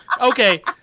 Okay